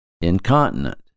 incontinent